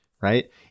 right